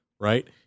right